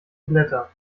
blätter